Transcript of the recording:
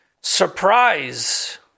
Surprise